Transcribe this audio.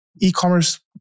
e-commerce